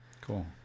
Cool